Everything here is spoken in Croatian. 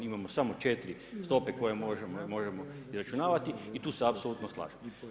Imamo samo 4 stope koje možemo izračunavati i tu se apsolutno slažem.